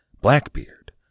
Blackbeard